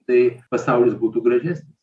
tai pasaulis būtų gražesnis